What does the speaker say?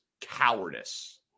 cowardice